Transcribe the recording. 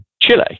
Chile